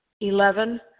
Eleven